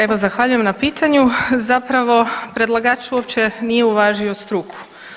Evo zahvaljujem na pitanju, zapravo predlagač uopće nije uvažio struku.